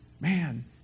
man